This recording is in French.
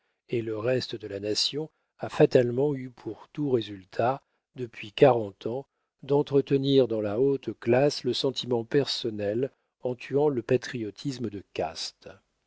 et le reste de la nation a fatalement eu pour tout résultat depuis quarante ans d'entretenir dans la haute classe le sentiment personnel en tuant le patriotisme de caste